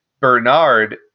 Bernard